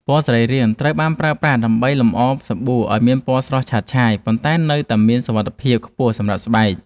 ពណ៌សរីរាង្គ ត្រូវបានប្រើប្រាស់ដើម្បីលម្អសាប៊ូឱ្យមានពណ៌ស្រស់ឆើតឆាយ ប៉ុន្តែនៅតែមានសុវត្ថិភាពខ្ពស់សម្រាប់ស្បែក។